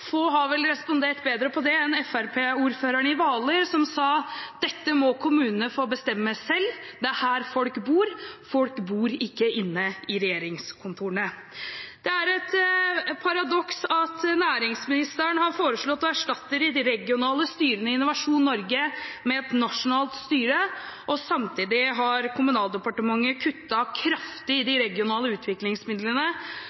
Få har vel respondert bedre på det enn fremskrittspartiordføreren i Hvaler, som sa: Dette må kommunene få bestemme selv, det er her folk bor, folk bor ikke inne i regjeringskontorene. Det er også et paradoks at næringsministeren har foreslått å erstatte de regionale styrene i Innovasjon Norge med et nasjonalt styre. Samtidig har Kommunaldepartementet kuttet kraftig i de regionale utviklingsmidlene,